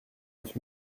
neuf